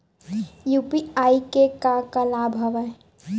UPI के का का लाभ हवय?